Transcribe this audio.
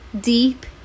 deep